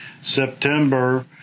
september